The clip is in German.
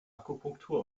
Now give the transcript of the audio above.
akupunktur